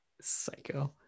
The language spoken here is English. Psycho